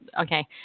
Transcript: okay